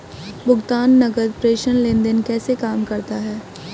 भुगतान नकद प्रेषण लेनदेन कैसे काम करता है?